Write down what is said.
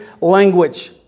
language